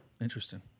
Interesting